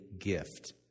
gift